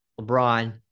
LeBron